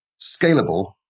scalable